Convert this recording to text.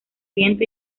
viento